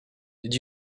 did